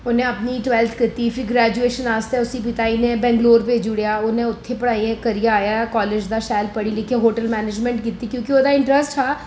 उन्नै अपनी टवेल्थ कीती फ्ही ग्रेजुएशन आस्तै उसी पिता जी ने बैंगलोर भेजी ओड़ेआ उन्नै उत्थे पढ़ाई करी आया कालेज दा शैल पढ़ी लिखियै होटल मनेजमेंट कीती क्योंकि ओह्दा इंटरेस्ट हा